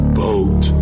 boat